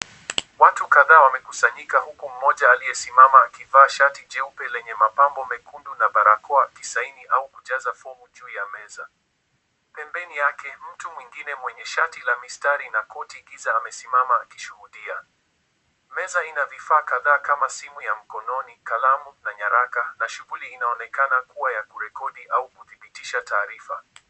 Watu kadhaa wamekusanyika huku mmoja aliyesimama akivaa shati jeupe lenye mapambo mekundu na barakoa akisaini au kujaza fomu juu ya meza. Pembeni yake mtu mwingine mwenye shati la mistari na koti giza amesimama akishuhudia. Meza ina vifaa kadhaa kama simu ya mkononi, kalamu na nyaraka na shughuli inaonekana kuwa ya kurekodi au kudhibitisha taarifa.